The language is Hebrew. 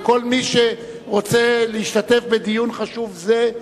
וכל מי שרוצה להשתתף בדיון חשוב זה,